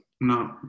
No